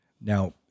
Now